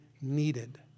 needed